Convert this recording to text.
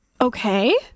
Okay